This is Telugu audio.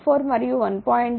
4 మరియు 1